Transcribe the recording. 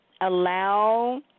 allow